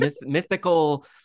mythical